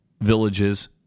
villages